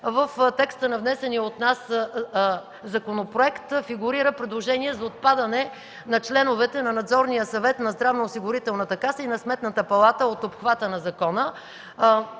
в текста на внесения от нас законопроект фигурира предложение за отпадане на членовете на Надзорния съвет на Здравноосигурителната каса и на Сметната палата от обхвата на закона.